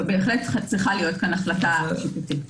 בהחלט צריכה להיות כאן החלטה שיפוטית.